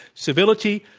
civility,